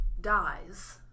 dies